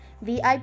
VIP